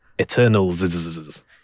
Eternals